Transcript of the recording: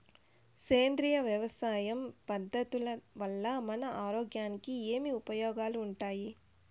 సేంద్రియ వ్యవసాయం పద్ధతుల వల్ల మన ఆరోగ్యానికి ఏమి ఉపయోగాలు వుండాయి?